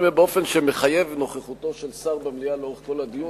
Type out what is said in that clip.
אני אומר באופן שמחייב נוכחותו של שר במליאה לאורך כל הדיון,